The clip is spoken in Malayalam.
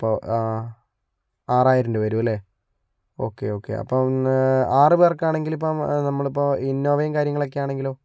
അപ്പൊ ആ ആറായിരം രൂപ വരുമല്ലേ ഓക്കെ ഓക്കെ അപ്പം ആറ് പേർക്കാണെങ്കിൽ ഇപ്പം നമ്മളിപ്പം ഇന്നോവയും കാര്യങ്ങളൊക്കെ ആണെങ്കിലോ